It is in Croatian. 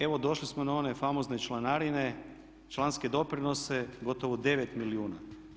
Evo došli smo na one famozne članarine, članske doprinose gotovo 9 milijuna.